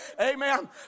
Amen